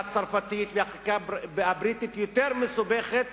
הצרפתית והחקיקה הבריטית יותר מסובכות